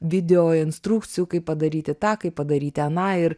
video instrukcijų kaip padaryti tą kaip padaryti aną ir